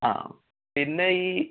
ആ പിന്നെ ഈ